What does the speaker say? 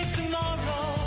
tomorrow